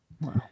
Wow